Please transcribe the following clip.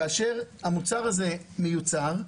כאשר המוצר הזה מיוצר,